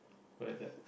at that